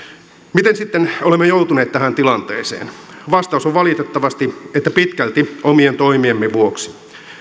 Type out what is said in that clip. miten sitten olemme joutuneet tähän tilanteeseen vastaus on valitettavasti että pitkälti omien toimiemme vuoksi